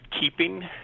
keeping